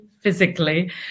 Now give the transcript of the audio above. physically